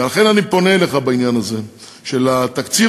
ולכן אני פונה אליך בעניין הזה: לתקציב